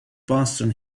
boston